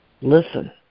Listen